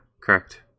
correct